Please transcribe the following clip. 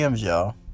y'all